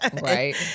right